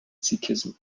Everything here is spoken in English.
sikhism